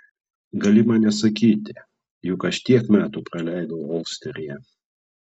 gali man nesakyti juk aš tiek metų praleidau olsteryje